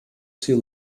sea